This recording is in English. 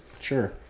Sure